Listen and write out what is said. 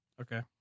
Okay